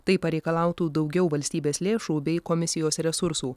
tai pareikalautų daugiau valstybės lėšų bei komisijos resursų